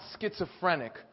schizophrenic